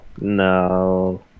No